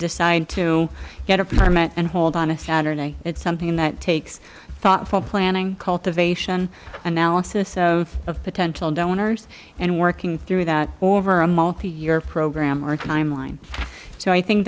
decide to get a permit and hold on a saturday it's something that takes thoughtful planning cultivation analysis of potential donors and working through that over a multi year program or timeline so i think